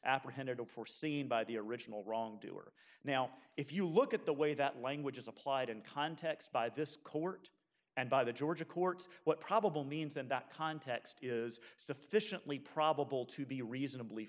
apprehended or foreseen by the original wrongdoer now if you look at the way that language is applied in context by this court and by the ga courts what probable means in that context is sufficiently probable to be reasonably